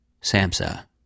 Samsa